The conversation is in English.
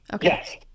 yes